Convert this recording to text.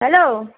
hello